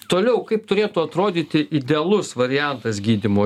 toliau kaip turėtų atrodyti idealus variantas gydymo